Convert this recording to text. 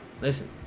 listen